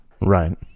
Right